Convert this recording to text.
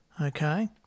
Okay